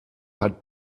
hat